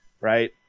right